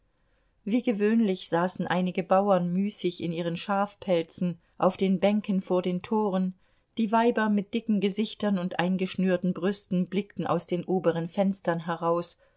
wie gewöhnlich saßen einige bauern müßig in ihren schafpelzen auf den bänken vor den toren die weiber mit dicken gesichtern und eingeschnürten brüsten blickten aus den oberen fenstern heraus